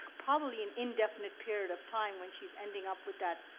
probably, an indefinite period of time when she's ending up with that.